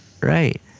right